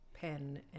pen